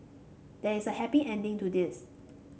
there is a happy ending to this